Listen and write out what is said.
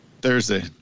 Thursday